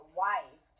wife